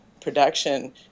production